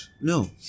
No